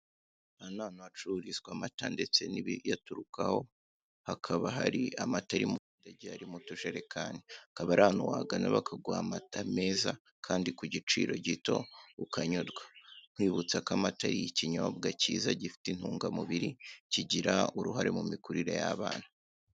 Aha ni hacururizwa amata ndetse n'ibiyaturukaho, hakaba hari amata mude agiye ari mu tujerekani. Akaba ari ahantu wagana bakaguha amata meza kandi ku giciro gito ukanyurwa. Nkwibutsa ko amata ari ikinyobwa kiza gifite intungamubiri kigira uruhare mu mikurire y'abana.